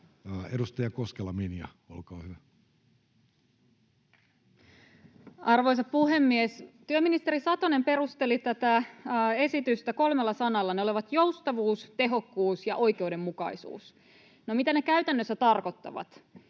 14:40 Content: Arvoisa puhemies! Työministeri Satonen perusteli tätä esitystä kolmella sanalla. Ne olivat joustavuus, tehokkuus ja oikeudenmukaisuus. No mitä ne käytännössä tarkoittavat?